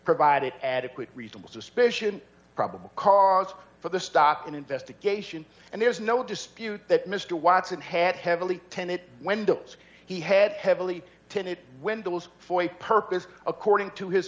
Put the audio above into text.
provided adequate reasonable suspicion probable cause for the stop an investigation and there's no dispute that mr watson had heavily tenet windows he had heavily tinted windows for a purpose according to his